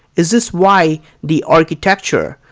is this why the architecture,